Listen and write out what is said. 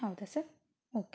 ಹೌದಾ sir okay